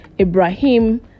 ibrahim